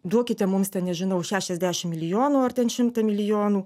duokite mums ten nežinau šešiasdešim milijonų ar ten šimtą milijonų